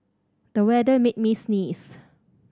the weather made me sneeze